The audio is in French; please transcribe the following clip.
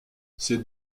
ces